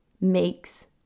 makes